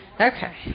Okay